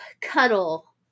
cuddle